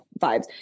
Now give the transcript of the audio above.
vibes